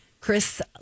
Chris